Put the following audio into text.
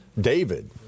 David